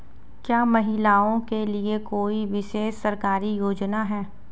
क्या महिलाओं के लिए कोई विशेष सरकारी योजना है?